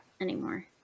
anymore